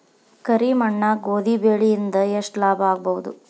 ಕರಿ ಮಣ್ಣಾಗ ಗೋಧಿ ಬೆಳಿ ಇಂದ ಎಷ್ಟ ಲಾಭ ಆಗಬಹುದ?